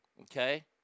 okay